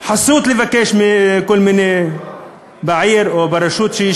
לבקש חסות מהעיר או מהרשות.